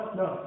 no